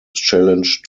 challenge